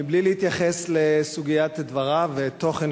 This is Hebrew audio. מבלי להתייחס לסוגיית דבריו והתוכן,